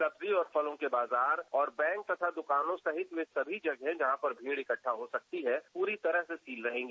सब्जी और फलों के बाजार और बैंक तथा दुकानों सहित वे सभी जगह जहां पर भीड़ इकट्ठा हो सकती है पूरी तरह से सील रहेंगी